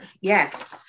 Yes